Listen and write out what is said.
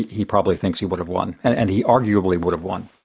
he probably thinks he would have won. and and he arguably would have won.